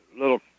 little